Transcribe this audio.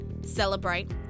celebrate